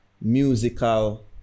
musical